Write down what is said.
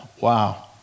wow